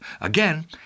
Again